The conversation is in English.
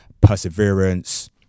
perseverance